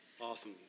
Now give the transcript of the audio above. Awesome